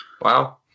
Wow